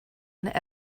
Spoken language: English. and